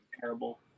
terrible